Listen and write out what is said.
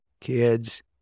kids